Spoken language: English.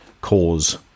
cause